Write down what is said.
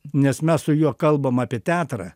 nes mes su juo kalbam apie teatrą